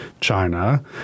China